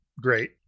great